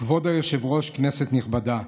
היושב-ראש, כנסת נכבדה,